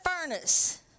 furnace